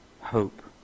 hope